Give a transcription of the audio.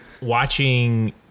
watching